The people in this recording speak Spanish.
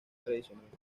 tradicionales